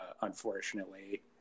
unfortunately